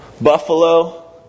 Buffalo